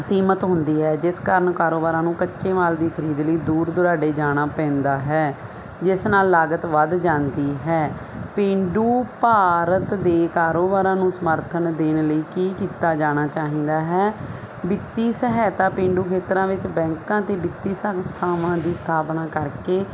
ਸੀਮਤ ਹੁੰਦੀ ਹੈ ਜਿਸ ਕਾਰਨ ਕਾਰੋਬਾਰਾਂ ਨੂੰ ਕੱਚੇ ਮਾਲ ਦੀ ਖਰੀਦ ਲਈ ਦੂਰ ਦੁਰਾਡੇ ਜਾਣਾ ਪੈਂਦਾ ਹੈ ਜਿਸ ਨਾਲ ਲਾਗਤ ਵੱਧ ਜਾਂਦੀ ਹੈ ਪੇਂਡੂ ਭਾਰਤ ਦੇ ਕਾਰੋਬਾਰਾਂ ਨੂੰ ਸਮਰਥਨ ਦੇਣ ਲਈ ਕੀ ਕੀਤਾ ਜਾਣਾ ਚਾਹੀਦਾ ਹੈ ਵਿੱਤੀ ਸਹਾਇਤਾ ਪੇਂਡੂ ਖੇਤਰਾਂ ਵਿੱਚ ਬੈਂਕਾਂ ਅਤੇ ਵਿੱਤੀ ਸੰਸਥਾਵਾਂ ਦੀ ਸਥਾਪਨਾ ਕਰਕੇ